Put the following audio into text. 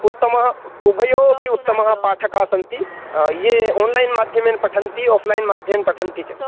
उत्तमः उभयोः अपि उत्तमः पाठकाः सन्ति ये आन्लैन् माध्यमेन पठन्ति आफ्लैन् माध्यमेन पठन्ति च